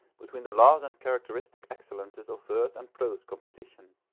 between the laws and characteristic excellences of verse and prose composition.